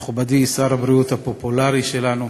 מכובדי שר הבריאות הפופולרי שלנו,